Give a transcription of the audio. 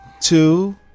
two